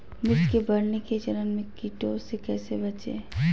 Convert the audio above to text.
मिर्च के बढ़ने के चरण में कीटों से कैसे बचये?